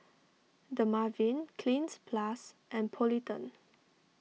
Dermaveen Cleanz Plus and Polident